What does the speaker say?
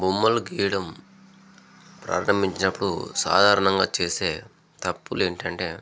బొమ్మలు గీయడం ప్రారంభించినప్పుడు సాధారణంగా చేసే తప్పులు ఏంటంటే